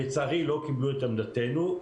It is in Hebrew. לצערי, לא קיבלו את עמדתנו.